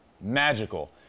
magical